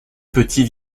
petit